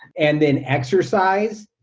and then exercise,